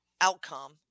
outcome